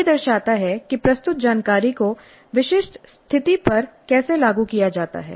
यह दर्शाता है कि प्रस्तुत जानकारी को विशिष्ट स्थिति पर कैसे लागू किया जाता है